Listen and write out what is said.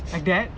like that